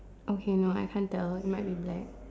okay no I can't tell might be black